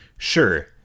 sure